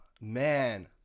Man